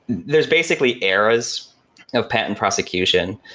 there's basically eras of patent prosecution,